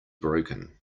broken